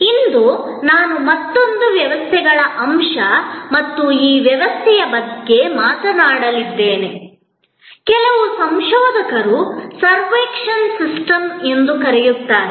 ಇಂದು ನಾನು ಮತ್ತೊಂದು ವ್ಯವಸ್ಥೆಗಳ ಅಂಶ ಮತ್ತು ಈ ವ್ಯವಸ್ಥೆಯ ಬಗ್ಗೆ ಮಾತನಾಡಲಿದ್ದೇನೆ ಕೆಲವು ಸಂಶೋಧಕರು ಸರ್ವಕ್ಷನ್ ಸಿಸ್ಟಮ್ ಎಂದು ಕರೆಯುತ್ತಾರೆ